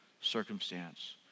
circumstance